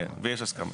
יש הסכמה.